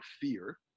fear